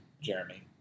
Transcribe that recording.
Jeremy